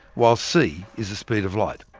while c is the speed of light.